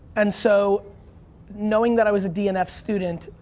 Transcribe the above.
and so knowing that i was a d and f student,